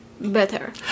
better